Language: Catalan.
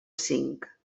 cinc